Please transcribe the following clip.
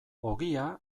ogia